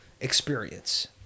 Experience